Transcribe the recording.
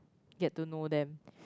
get to know them